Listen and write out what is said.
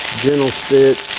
gentle pitch,